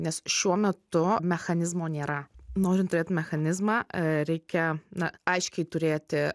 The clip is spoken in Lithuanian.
nes šuo metu mechanizmo nėra norint turėti mechanizmą reikia na aiškiai turėti